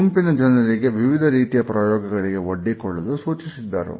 ಗುಂಪಿನ ಜನರಿಗೆ ವಿವಿಧ ರೀತಿಯ ಪ್ರಯೋಗಗಳಿಗೆ ಒಡ್ಡಿಕೊಳ್ಳಲು ಸೂಚಿಸಿದ್ದರು